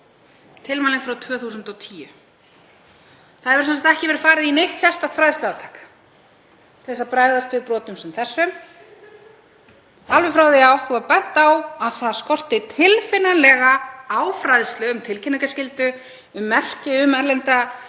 tilmælin frá 2010. Það hefur ekki verið farið í neitt sérstakt fræðsluátak til að bregðast við brotum sem þessum alveg frá því að okkur var bent á að það skorti tilfinnanlega á fræðslu um tilkynningarskyldu, um merki um mútubrot